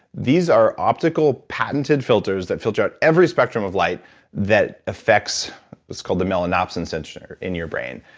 these are optical, patented filters, that filter out every spectrum of light that affects what's called the melanopsin center in your brain.